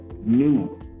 new